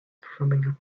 performing